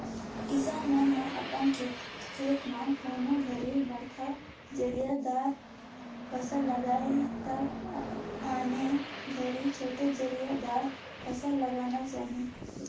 किसान मन ह अपन खेत म कोनों घरी बड़खा जरिया दार फसल लगाये त आने घरी छोटे जरिया दार फसल लगाना चाही